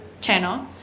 channel